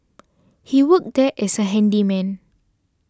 he worked there as a handyman